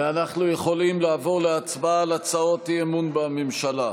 ואנחנו יכולים לעבור להצבעה על הצעות האי-אמון בממשלה.